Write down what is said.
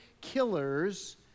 killers